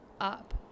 up